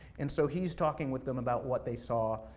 and so he's talking with them about what they saw,